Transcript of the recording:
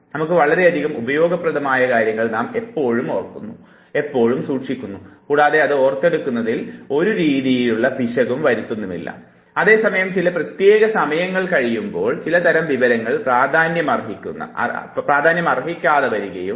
നമുക്ക് വളരെയധികം ഉപയോഗപ്രദമായ കാര്യങ്ങൾ നാം എപ്പോളും ഓർക്കുന്നു എപ്പോളും സൂക്ഷിക്കുന്നു കൂടാതെ അത് ഓർത്തെടുക്കുന്നതിൽ ഒരു രീതിയിലുമുള്ള പിശകും വരുത്തുന്നുമില്ല അതേസമയം ചില പ്രത്യേക സമയങ്ങൾ കഴിയുമ്പോൾ ചിലതരം വിവരങ്ങൾ പ്രാധാന്യമർഹിക്കപ്പെടാതെ വരികയും ചെയ്യുന്നു